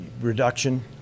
reduction